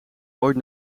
ooit